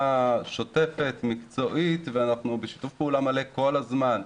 שוטפת ומקצועית ואנחנו בשיתוף פעולה מלא כל הזמן.